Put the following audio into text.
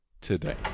today